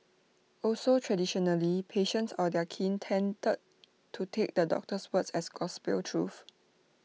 also traditionally patients or their kin tended to take the doctor's words as gospel truth